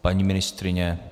Paní ministryně?